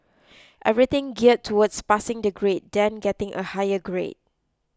everything gear towards passing the grade then getting a higher grade